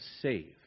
save